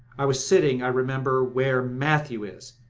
i was sitting, i remember, where matthew is,